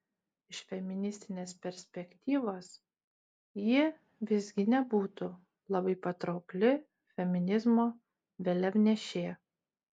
iš feministinės perspektyvos ji visgi nebūtų labai patraukli feminizmo vėliavnešė